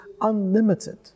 unlimited